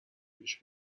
پیش